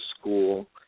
school